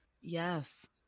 Yes